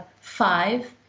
five